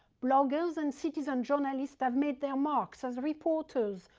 bloggers and citizen journalists have made their marks as reporters,